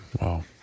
Wow